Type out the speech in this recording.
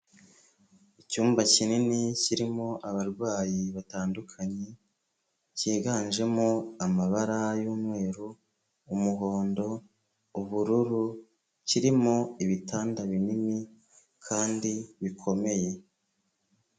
Icyumba kinini kirimo abarwayi batandukanye. Cyiganjemo amabara y'umweru, umuhondo, ubururu. Kirimo ibitanda binini kandi bikomeye